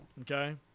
Okay